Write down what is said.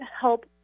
help